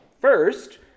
First